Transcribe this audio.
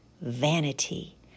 Vanity